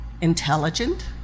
intelligent